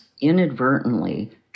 inadvertently